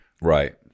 right